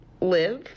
live